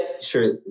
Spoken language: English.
sure